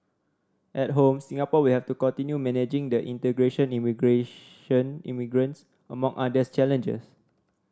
at home Singapore will have to continue managing the integration immigration immigrants among others challenges